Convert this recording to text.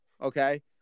Okay